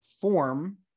form